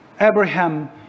Abraham